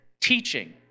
teaching